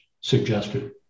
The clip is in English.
suggested